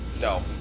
No